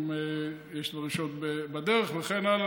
אם יש דרישות בדרך וכן הלאה,